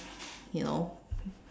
you know